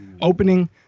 opening